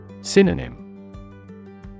Synonym